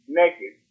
naked